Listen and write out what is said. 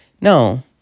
No